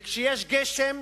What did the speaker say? כשיש גשם